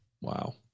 wow